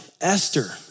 Esther